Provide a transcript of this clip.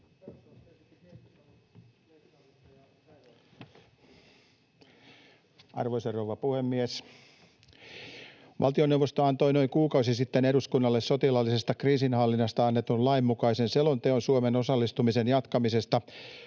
Arvoisa rouva puhemies! Valtioneuvosto antoi noin kuukausi sitten eduskunnalle sotilaallisesta kriisinhallinnasta annetun lain mukaisen selonteon Suomen osallistumisen jatkamisesta